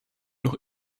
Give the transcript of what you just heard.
noch